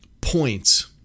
points